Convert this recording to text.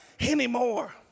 anymore